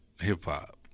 hip-hop